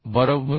बरोबर